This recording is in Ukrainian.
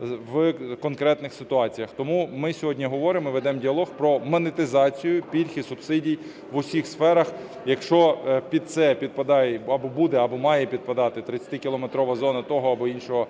в конкретних ситуаціях. Тому ми сьогодні говоримо і ведемо діалог про монетизацію пільг і субсидій в усіх сферах, якщо під це підпадає або буде, або має підпадати 30-кілометрова зона того або іншого